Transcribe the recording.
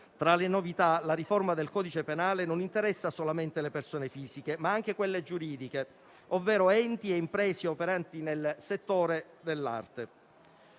Tra le novità, la riforma del codice penale interessa non solamente le persone fisiche, ma anche quelle giuridiche, ovvero enti e imprese operanti nel settore dell'arte.